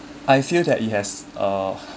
I feel that it has uh